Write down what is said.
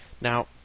Now